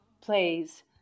plays